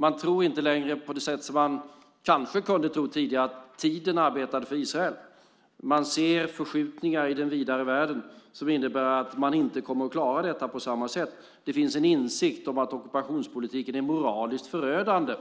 Man tror inte längre på det sätt som man kanske kunde tro att tiden arbetade för Israel. Man ser förskjutningar i den vidare världen som innebär att man inte kommer att klara detta på samma sätt. Det finns en insikt om att ockupationspolitiken är moraliskt förödande,